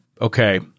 okay